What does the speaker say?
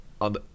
on